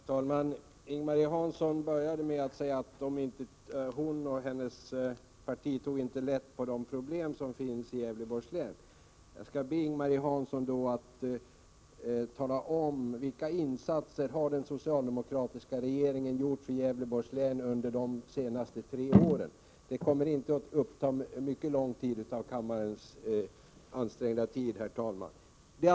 Herr talman! Ing-Marie Hansson började med att säga att hon och hennes parti inte tog så lätt på problemen i Gävleborgs län. Jag skall be Ing-Marie Hansson tala om vilka insatser den socialdemokratiska regeringen har gjort för Gävleborgs län under de senaste tre åren. Det kommer inte, herr talman, att uppta mycket av kammarens ansträngda tid.